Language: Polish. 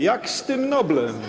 Jak z tym Noblem?